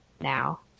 now